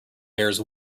bears